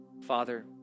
Father